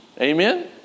Amen